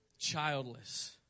childless